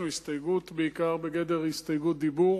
המשורר הלאומי הנורבגי אשר פתח את שעריה של נורבגיה